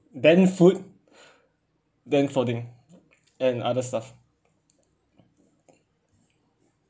then food then clothing and other stuff